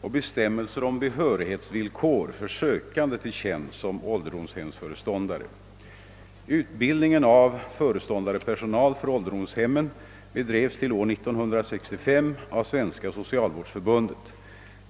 och bestämmelser om behörighetsvillkor för sökande till tjänst som ålderdomshemsföreståndare. Utbildningen av föreståndarpersonal för ålderdomshemmen bedrevs till år 1965 av Svenska socialvårdsförbundet.